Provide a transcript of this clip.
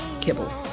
kibble